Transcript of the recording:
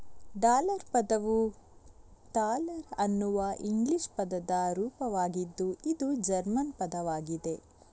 dollar ಪದವು thaler ಅನ್ನುವ English ಪದದ ರೂಪವಾಗಿದ್ದು ಇದು ಜರ್ಮನ್ ಪದವಾಗಿದೆ